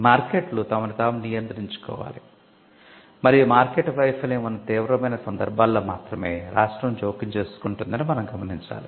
మార్కెట్లు తమను తాము నియంత్రించుకోవాలి మరియు మార్కెట్ వైఫల్యం ఉన్న తీవ్రమైన సందర్భాల్లో మాత్రమే రాష్ట్రం జోక్యం చేసుకుంటుందని మనం గమనించాలి